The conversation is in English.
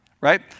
right